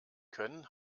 können